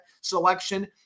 selection